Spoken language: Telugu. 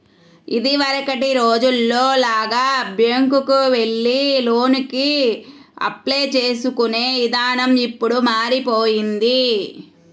ఇదివరకటి రోజుల్లో లాగా బ్యేంకుకెళ్లి లోనుకి అప్లై చేసుకునే ఇదానం ఇప్పుడు మారిపొయ్యింది